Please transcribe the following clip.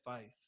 faith